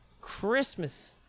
Christmas